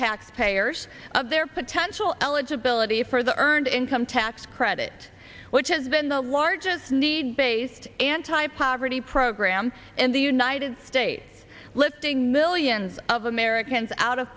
tax payers of their potential eligibility for the earned income tax credit which has been the largest need based anti poverty program and the united states lifting millions of americans out of